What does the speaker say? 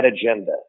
agenda